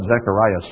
Zechariah